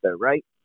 right